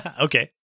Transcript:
Okay